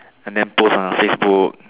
and then post on her Facebook